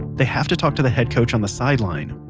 they have to talk to the head coach on the sideline.